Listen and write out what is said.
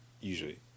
usually